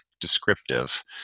descriptive